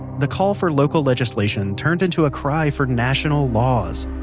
the call for local legislation turned into a cry for national laws.